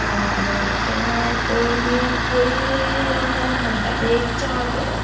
केन्नाय पयलीं पयलें रांदप म्हणटा तें एक च्या करप